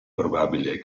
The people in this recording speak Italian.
probabile